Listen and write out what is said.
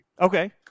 okay